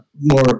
more